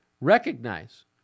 Recognize